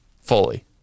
fully